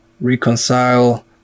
reconcile